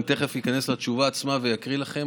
אני תכף איכנס לתשובה עצמה ואקריא לכם.